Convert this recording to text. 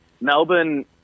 Melbourne